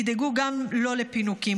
תדאגו גם לו לפינוקים.